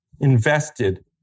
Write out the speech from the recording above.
invested